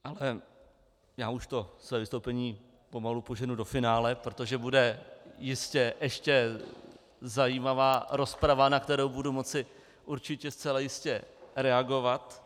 Ale já už to své vystoupení pomalu poženu do finále, protože bude jistě ještě zajímavá rozprava, na kterou budu moci určitě zcela jistě reagovat.